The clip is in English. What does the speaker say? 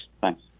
Thanks